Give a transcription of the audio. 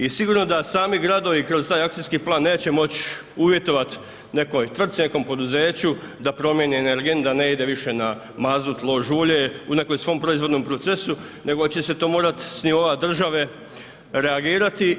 I sigurno da sami gradovi kroz taj akcijski plan neće moći uvjetovati nekoj tvrtci, nekom poduzeću da promijeni energent da ne ide više na mazut, lož ulje u nekom svom proizvodnom procesu nego će se to morati s nivoa države reagirati.